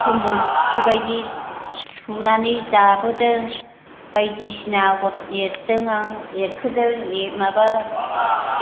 खम्ब'ल सि बायदि सुनानै दाबोदों बायदिसिना आगर एरदों आं एरखोदों माबा